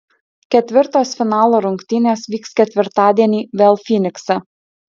ketvirtos finalo rungtynės vyks ketvirtadienį vėl fynikse